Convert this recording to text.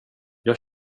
jag